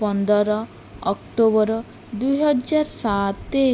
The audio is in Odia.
ପନ୍ଦର ଅକ୍ଟୋବର ଦୁଇହଜାର ସାତେ